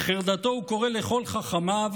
בחרדתו הוא קורא לכל חכמיו,